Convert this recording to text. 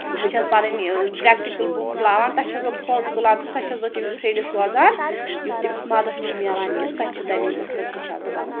بہٕ چھَس پَنٕنۍ پرٮ۪کٹِکَل بُک کھُلاوان تَتھ چھَس بہٕ فوٹو تُلان تہٕ سَہ چھَس بہٕ تٔمِس فرٮ۪ڈٕس سوزان یُتھ تٔمِس مَدَتھ چھِ ملان کہِ سَہ چھِ تَمی پٮ۪ٹھ پَتہٕ ہیٚچھان تہٕ بَناوان